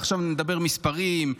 ועכשיו נדבר מספרים.